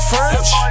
French